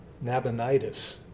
Nabonidus